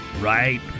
Right